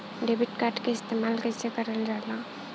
Debit card के इस्तेमाल कइसे करल जाला?